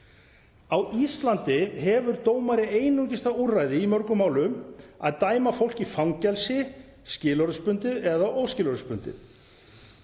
Á Íslandi hefur dómari einungis það úrræði, í mörgum málum, að dæma fólk í fangelsi, skilorðsbundið eða óskilorðsbundið.